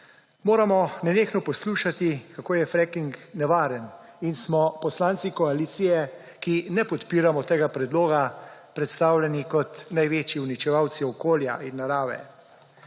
moramo nenehno poslušati, kako je fracking nevaren, in smo poslanci koalicije, ki ne podpiramo tega predloga, predstavljeni kot največji uničevalci okolja in narave.